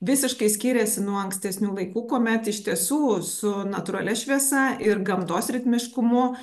visiškai skiriasi nuo ankstesnių laikų kuomet iš tiesų su natūralia šviesa ir gamtos ritmiškumu